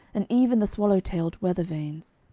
and even the swallow-tailed weather-vanes.